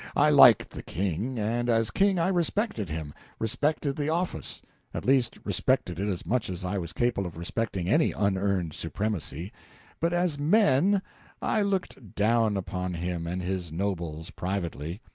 i liked the king, and as king i respected him respected the office at least respected it as much as i was capable of respecting any unearned supremacy but as men i looked down upon him and his nobles privately.